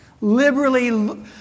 Liberally